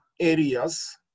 areas